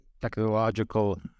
technological